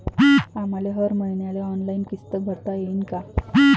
आम्हाले हर मईन्याले ऑनलाईन किस्त भरता येईन का?